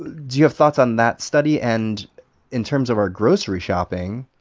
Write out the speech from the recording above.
do you have thoughts on that study and in terms of our grocery shopping?